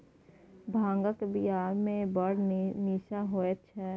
भांगक बियामे बड़ निशा होएत छै